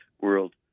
world